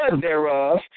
thereof